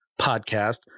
podcast